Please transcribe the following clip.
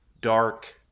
dark